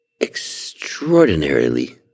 extraordinarily